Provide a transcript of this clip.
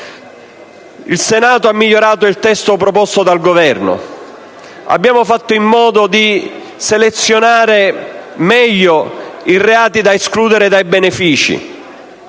Il Senato ha migliorato il testo proposto dal Governo. Abbiamo fatto in modo di selezionare meglio i reati da escludere dai benefici: